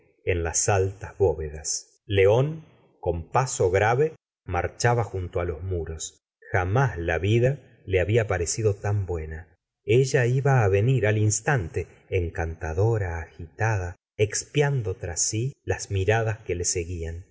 en las altas bóvedas león con paso grave marchaba junto á los muros jamás la vida le habia parecido tan buena ella iba á venir al instante encantadora agitada expiando tras si las miradas que le seguían